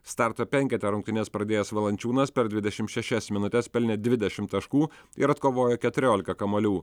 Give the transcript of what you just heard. starto penkete rungtynes pradėjęs valančiūnas per dvidešimt šešias minutes pelnė dvidešimt taškų ir atkovojo keturiolika kamuolių